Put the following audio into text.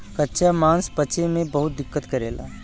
कच्चा मांस पचे में बहुत दिक्कत करेला